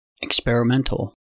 Experimental